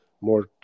more